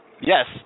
Yes